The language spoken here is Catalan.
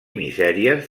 misèries